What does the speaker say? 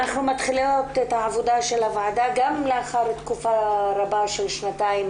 אנחנו מתחילות את העבודה של הוועדה גם לאחר תקופה רבה של שנתיים